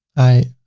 i